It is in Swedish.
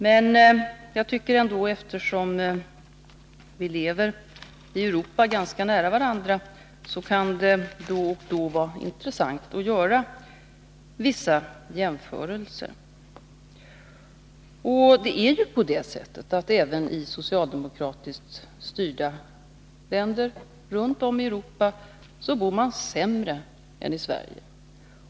Men eftersom vi lever ganska nära varandra i Europa, tycker jag ändå att det då och då kan vara intressant att göra vissa jämförelser. Även i socialdemokratiskt styrda länder runt om i Europa bor man sämre än i Sverige.